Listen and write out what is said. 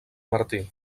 martí